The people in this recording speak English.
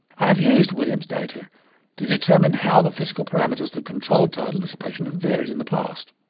i have used williams's data to determine how the physical parameters that control tidal dissipation have varied in the past.